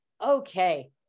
Okay